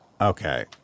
Okay